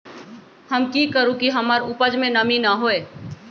हम की करू की हमर उपज में नमी न होए?